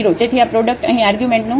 તેથી આ પ્રોડક્ટ અહીં આર્ગ્યુમેન્ટનું 0